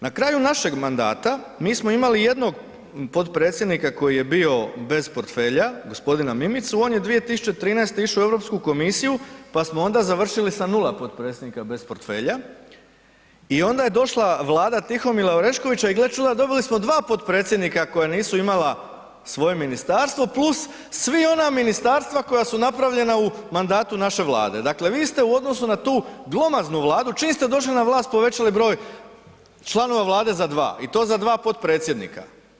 Na kraju našeg mandata mi smo imali jednog potpredsjednika koji je bio bez portfelja, g. Mimicu, on je 2013. išao u Europsku komisiju pa smo onda završili sa nula potpredsjednika bez portfelja i onda je došla Vlada Tihomira Oreškovića i gle čuda, dobili smo 2 potpredsjednika koja nisu imala svoje ministarstvo plus sva ona ministarstva koja su napravljena u mandatu naš Vlade, dakle vi ste u odnosu na tu glomaznu Vladu, čim ste došli na vlast povećali broj članova Vlade za 2 i to za dva potpredsjednika.